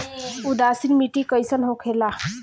उदासीन मिट्टी कईसन होखेला?